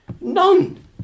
none